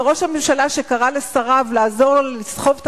וראש הממשלה שקרא לשריו לעזור לסחוב את